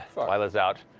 delilah's out.